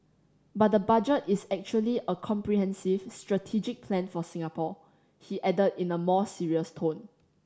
but the Budget is actually a comprehensive strategic plan for Singapore he added in a more serious tone